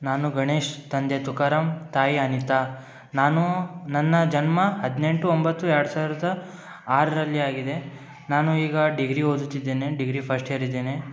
ನಾನು ಗಣೇಶ್ ತಂದೆ ತುಕಾರಾಮ್ ತಾಯಿ ಅನಿತಾ ನಾನೂ ನನ್ನ ಜನ್ಮ ಹದಿನೆಂಟು ಒಂಬತ್ತು ಎರಡು ಆರರಲ್ಲಿ ಆಗಿದೆ ನಾನು ಈಗ ಡಿಗ್ರಿ ಓದುತ್ತಿದ್ದೇನೆ ಡಿಗ್ರಿ ಫಸ್ಟ್ ಇಯರ್ ಇದ್ದೇನೆ